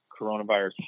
coronavirus